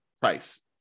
price